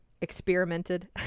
experimented